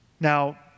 Now